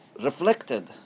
reflected